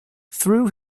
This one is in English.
through